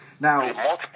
Now